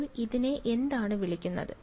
അപ്പോൾ ഇതിനെ എന്താണ് വിളിക്കുന്നത്